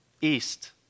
east